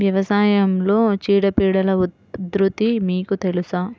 వ్యవసాయంలో చీడపీడల ఉధృతి మీకు తెలుసా?